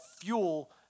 fuel